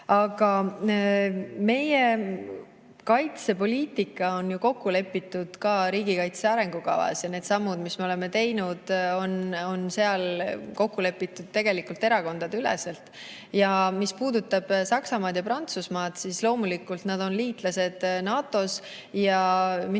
Aga meie kaitsepoliitika on ju kokku lepitud ka riigikaitse arengukavas. Ja need sammud, mis me oleme teinud, on seal kokku lepitud tegelikult erakondadeüleselt. Mis puudutab Saksamaad ja Prantsusmaad, siis loomulikult nad on liitlased NATO-s. Minu